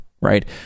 Right